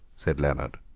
said leonard.